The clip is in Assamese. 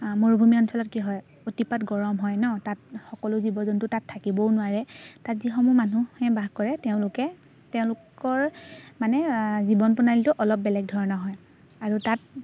মৰুভূমি অঞ্চলত কি হয় অতিপাত গৰম হয় ন তাত সকলো জীৱ জন্তু তাত থাকিবও নোৱাৰে তাত যিসমূহ মানুহে বাস কৰে তেওঁলোকে তেওঁলোকৰ মানে জীৱন প্ৰণালীটো অলপ বেলেগ ধৰণৰ হয় আৰু তাত